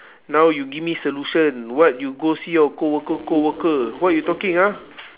now you give me solution what you go see your coworker coworker what you talking ah